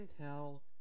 tell